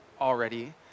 already